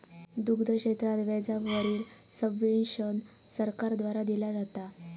दुग्ध क्षेत्रात व्याजा वरील सब्वेंशन सरकार द्वारा दिला जाता